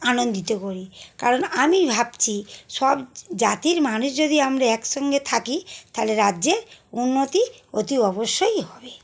আনন্দ করি কারণ আমি ভাবছি সব জাতির মানুষ যদি আমরে একসঙ্গে থাকি তালে রাজ্যে উন্নতি অতি অবশ্যই হবে